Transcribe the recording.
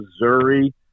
Missouri